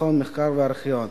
מכון מחקר וארכיון.